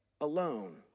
alone